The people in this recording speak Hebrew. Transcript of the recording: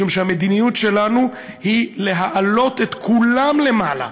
משום שהמדיניות שלנו היא להעלות את כולם למעלה.